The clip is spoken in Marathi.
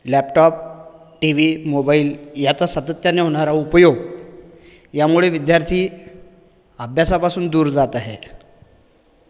लॅपटॉप टीव्ही मोबाईल याचा सातत्याने होणारा उपयोग यामुळे विद्यार्थी अभ्यासापासून दूर जात आहे